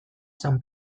san